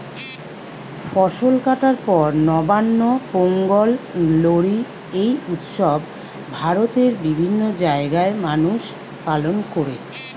ফসল কাটার পর নবান্ন, পোঙ্গল, লোরী এই উৎসব ভারতের বিভিন্ন জাগায় মানুষ পালন কোরে